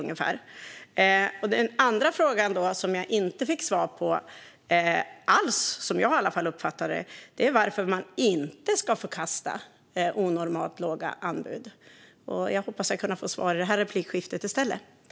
Min andra fråga som jag inte alls fick svar på, i alla fall som jag uppfattade det, är varför man inte ska få kasta onormalt låga anbud. Jag hoppas få svar i det här replikskiftet i stället.